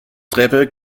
treppe